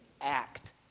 act